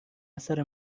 اثر